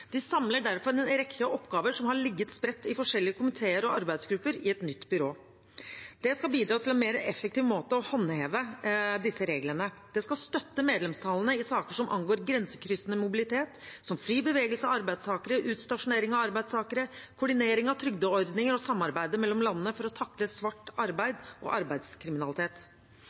De samler derfor en rekke oppgaver som har ligget spredt i forskjellige komiteer og arbeidsgrupper, i et nytt byrå. Det skal bidra til en mer effektiv måte å håndheve disse reglene på. Det skal støtte medlemstallene i saker som angår grensekryssende mobilitet, som fri bevegelse av arbeidstakere, utstasjonering av arbeidstakere, koordinering av trygdeordninger og samarbeidet mellom landene for å takle svart arbeid og arbeidskriminalitet.